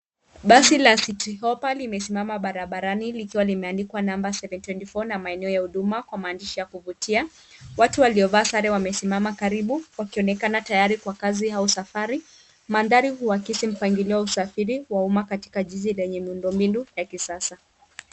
Basi la Citi Hoppa limesimama barabarani likiwa limeandikwa namba 724 na maeneo ya huduma kwa maandishi ya kuvutia. Watu waliovaa sare wamesimama karibu wakionekana tayari kwa kazi au safari . Mandhari huakisi mpangilio wa safari wa umma katika jiji lenye miundombinu ya kisasa.